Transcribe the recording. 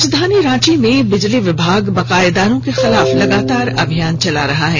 राजधानी रांची में बिजली विभाग बकायेदारों के खिलाफ लगातार अभियान चला रहा है